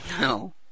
No